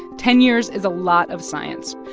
ten years is a lot of science.